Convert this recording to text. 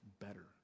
better